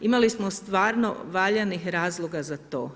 Imali smo stvarno valjanih razloga za to.